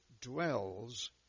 dwells